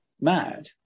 mad